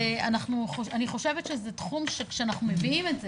אני חושבת שזה תחום שאנחנו יודעים את זה,